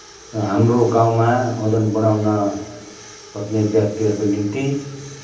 हाम्रो गाउँमा वजन बढाउन खोज्ने व्यक्तिहरूको निम्ति